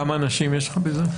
כמה אנשים יש לך בזה?